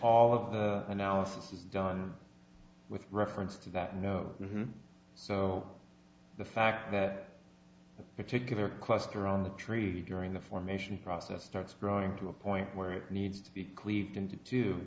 all of the analysis is done with reference to that know so the fact that a particular cluster around the tree during the formation process starts growing to a point where it needs to be